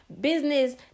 Business